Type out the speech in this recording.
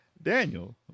Daniel